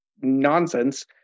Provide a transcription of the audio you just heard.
nonsense